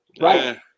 Right